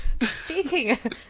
Speaking